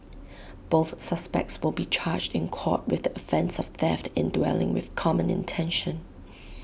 both suspects will be charged in court with the offence of theft in dwelling with common intention